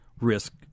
risk